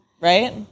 right